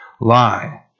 lie